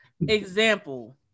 Example